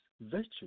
virtue